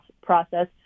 process